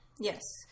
Yes